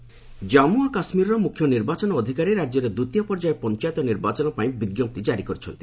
କେକେ poll notification Jammu ଓ କାଶ୍ମୀରର ମୁଖ୍ୟ ନିର୍ବାଚନ ଅଧିକାରୀ ରାଜ୍ୟରେ ଦ୍ୱିତୀୟ ପର୍ଯ୍ୟାୟ ପଞ୍ଚାୟତ ନିର୍ବାଚନ ପାଇଁ ବିଜ୍ଞପ୍ତି ଜାରି କରିଛନ୍ତି